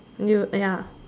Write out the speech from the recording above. you !aiya!